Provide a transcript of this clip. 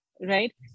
right